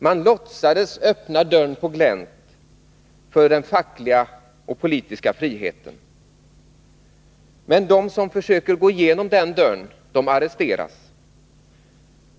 Man låtsades öppna dörren på glänt för den fackliga och politiska friheten, men de som försöker gå igenom den dörren arresteras.